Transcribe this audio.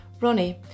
Ronnie